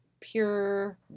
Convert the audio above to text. pure